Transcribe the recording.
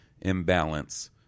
imbalance